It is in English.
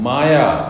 Maya